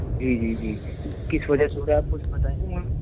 جی جی جی کس وجہ سے ہو رہا ہے آپ کچھ بتائیں گے